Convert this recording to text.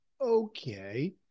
okay